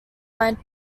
line